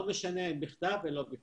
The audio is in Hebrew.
לא משנה אם בכתב או לא בכתב.